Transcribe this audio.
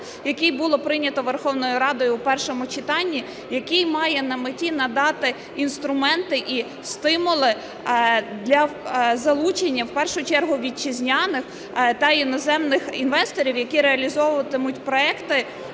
який було прийнято Верховною Радою в першому читанні, який має на меті надати інструменти і стимули для залучення в першу чергу вітчизняних та іноземних інвесторів, які реалізовуватимуть проекти